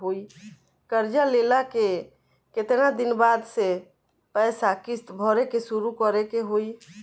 कर्जा लेला के केतना दिन बाद से पैसा किश्त भरे के शुरू करे के होई?